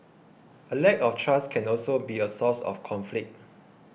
a lack of trust can also be a source of conflict